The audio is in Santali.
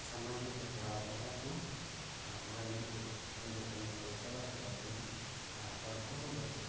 ᱥᱟᱱᱟᱢᱟᱜ ᱮ ᱠᱚᱨᱟᱣ ᱠᱟᱛᱟ ᱠᱚᱣᱟ ᱟᱨ ᱚᱱᱟ ᱞᱟᱹᱜᱤᱫ ᱛᱮᱫᱚ ᱩᱱᱤ ᱫᱚ ᱠᱳᱱᱳ ᱯᱚᱭᱥᱟ ᱵᱟᱭ ᱦᱟᱛᱟᱣ ᱛᱟᱦᱮᱸᱱᱟ ᱟᱨ ᱦᱚᱲ ᱠᱚᱦᱚᱸ ᱡᱟᱛᱮ ᱠᱚ